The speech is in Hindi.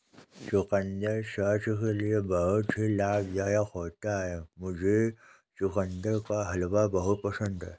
चुकंदर स्वास्थ्य के लिए बहुत ही लाभदायक होता है मुझे चुकंदर का हलवा बहुत पसंद है